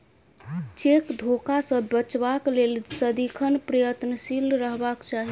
cheque धोखा सॅ बचबाक लेल सदिखन प्रयत्नशील रहबाक चाही